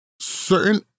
certain